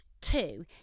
Two